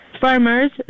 Farmers